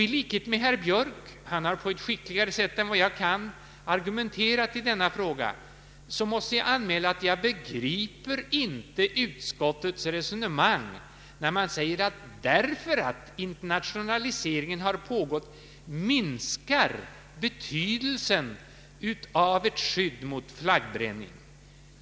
I likhet med herr Björk — han har på ett skickligare sätt än vad jag kan argumenterat i denna fråga — måste jag anmäla att jag inte begriper utskottets resonemang, när det säger att betydelsen av ett skydd mot flaggbränning minskar därför att internationaliseringen har pågått.